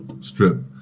strip